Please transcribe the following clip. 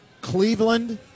Cleveland